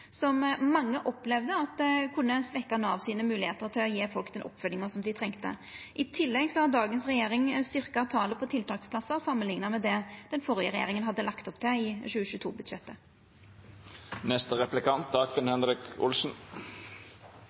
som mange opplevde kunne svekkja dei moglegheitene Nav hadde til å gje folk den oppfølginga dei trong. I tillegg har dagens regjering styrkt talet på tiltaksplassar samanlikna med det den førre regjeringa hadde lagt opp til i